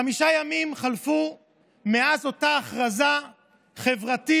חמישה ימים חלפו מאז אותה הכרזה חברתית